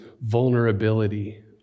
vulnerability